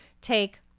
take